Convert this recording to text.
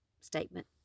statement